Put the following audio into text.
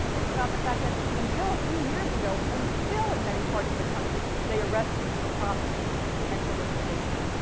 think about the fact that until a few years ago, and still in many parts of the country, they arrest people for prostitution and solicitation.